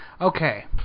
Okay